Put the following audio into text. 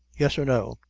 yes or no?